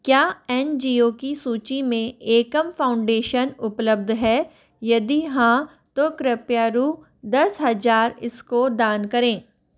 क्या N G O की सूची में एकम फाउंडेशन उपलब्ध है यदि हाँ तो कृपया रु दस हज़ार इसको दान करें